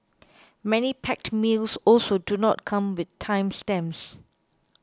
many packed meals also do not come with time stamps